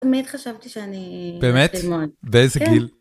באמת חשבתי שאני, באמת? באיזה גיל?